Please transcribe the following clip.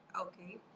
Okay